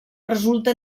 resulta